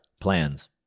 plans